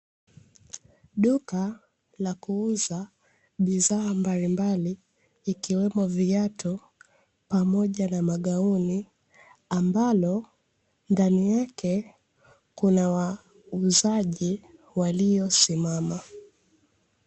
Duka la kuuza bidhaa mbalimbali, ikiwemo viatu pamoja na magauni ambapo ndani yake kuna wauzaji waliosimama.